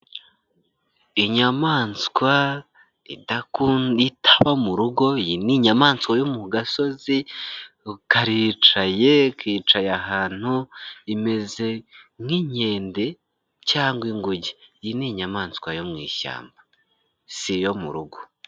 Inyamaswa idakunda itaba mu rugo, iyi ni inyamaswa yo mu gasozi, karicaye, kicaye ahantu, imeze nk'inkende cyangwa inguge. Iyi ni inyamaswa yo mu ishyamba. Si iyo mu rugo.